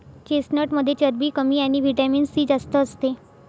चेस्टनटमध्ये चरबी कमी आणि व्हिटॅमिन सी जास्त असते